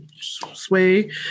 Sway